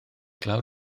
glaw